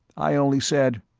i only said,